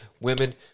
Women